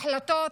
החלטות